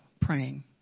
praying